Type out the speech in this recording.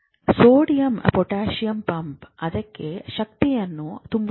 sodium potassium pump ಅದಕೆ ಶಕ್ತಿಯನ್ನು ತುಂಬುತ್ತದೆ